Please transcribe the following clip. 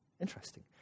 interesting